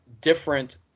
different